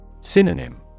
Synonym